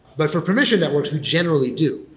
but for permission that works, we generally do.